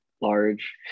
large